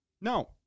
No